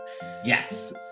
Yes